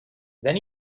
then